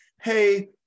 Hey